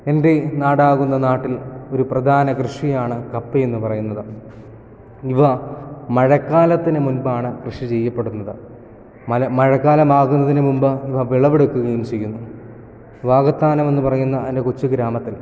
എൻ്റെ നാടാകുന്ന നാട്ടിൽ ഒരു പ്രധാന കൃഷിയാണ് കപ്പ എന്ന് പറയുന്നത് ഇവ മഴക്കാലത്തിന് മുൻപാണ് കൃഷി ചെയ്യപ്പെടുന്നത് മഴക്കാലം ആകുന്നതിന് മുൻപ് ഇവ വിളവെടുക്കുകയും ചെയ്യുന്നു വാകത്താനം എന്ന് പറയുന്ന എൻ്റെ കൊച്ചു ഗ്രാമത്തിൽ